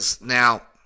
Now